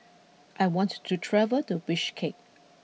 I want to travel to Bishkek